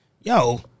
Yo